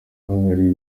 uhagarariye